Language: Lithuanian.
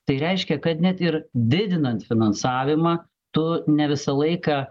tai reiškia kad net ir didinant finansavimą tu ne visą laiką